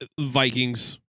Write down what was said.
Vikings